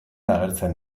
agertzen